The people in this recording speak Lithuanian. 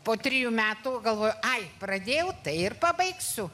po trijų metų galvojau ai pradėjau tai ir pabaigsiu